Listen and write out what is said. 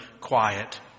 quiet